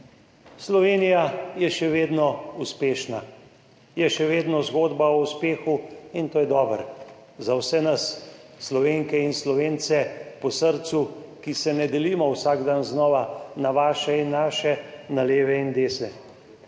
Slovenija je še vedno uspešna, še vedno je zgodba o uspehu in to je dobro za vse nas, Slovenke in Slovence po srcu, ki se ne delimo vsak dan znova na vaše in naše, na leve in desne.